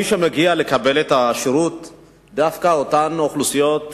מי שמגיע לקבל את השירות הוא דווקא מאותן אוכלוסיות